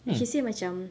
and she say macam